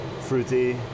fruity